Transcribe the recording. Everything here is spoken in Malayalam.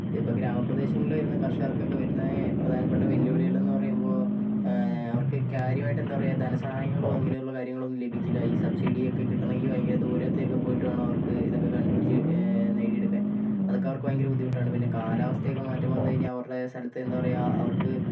ഇപ്പം ഗ്രാമപ്രദേശങ്ങളിൽ വരുന്ന കർഷകർക്കൊക്കെ വരുന്ന പ്രധാനപ്പെട്ട വെല്ലുവിളികളെന്ന് പറയുമ്പോൾ അവർക്ക് കാര്യമായിട്ട് എന്താ പറയാ ധനം സഹായങ്ങളോ അങ്ങനെയുള്ള കാര്യങ്ങളോ ഒന്നും ലഭിക്കില്ല ഈ സബ്സിഡി ഒക്കെ കിട്ടണമെങ്കിൽ ഭയങ്കര ദൂരത്തേക്ക് ഒക്കെ പോയിട്ടുവേണം അവർക്ക് ഇതൊക്കെ കണ്ടു പിടിച്ച് നേടിയെടുക്കാൻ അതൊക്കെ അവർക്ക് ഭയകര ബുദ്ധിമുട്ടാണ് പിന്നെ കാലാവസ്ഥയൊക്കെ മാറ്റം വന്നു കഴിഞ്ഞാൽ അവരുടെ സ്ഥലത്ത് എന്താ പറയാ അവർക്ക്